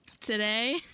Today